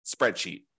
spreadsheet